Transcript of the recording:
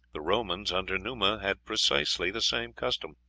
the romans under numa had precisely the same custom.